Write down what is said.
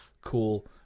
Cool